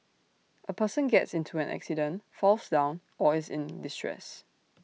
A person gets into an accident falls down or is in distress